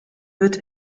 wird